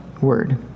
word